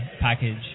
package